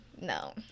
No